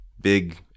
big